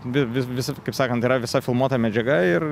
vi vi visi kaip sakant yra visa filmuota medžiaga ir